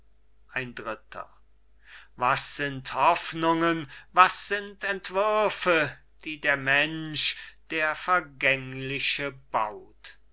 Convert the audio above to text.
ein dritter cajetan was sind die hoffnungen was sind entwürfe die der mensch der vergängliche baut